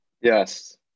Yes